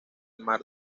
mar